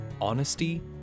Honesty